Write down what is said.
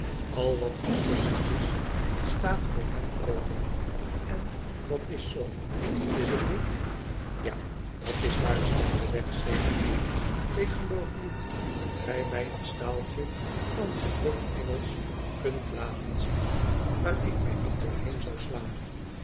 al wat gedrukt is staat oor hem open en dal is zoo is het niet ja dat is waar stemde wegg zedig toe ik geloof niet dat gij mij een staaltje van gedrukt engelsch kunt laten zien waar ik mij niet door iieen zou slaan